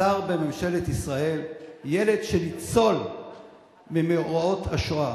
שר בממשלת ישראל, ילד ניצול ממאורעות השואה.